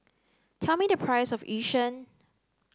tell me the price of Yu Sheng